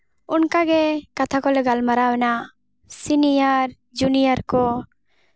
ᱚᱱᱠᱟᱜᱮ ᱠᱟᱛᱷᱟ ᱠᱚᱞᱮ ᱜᱟᱞᱢᱟᱨᱟᱣ ᱮᱱᱟ ᱥᱤᱱᱤᱭᱟᱨ ᱡᱩᱱᱤᱭᱟᱨ ᱠᱚ